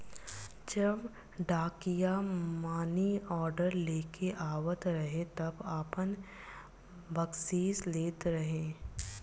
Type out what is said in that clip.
जब डाकिया मानीऑर्डर लेके आवत रहे तब आपन बकसीस लेत रहे